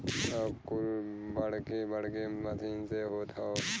अब कुल बड़की बड़की मसीन से होत हौ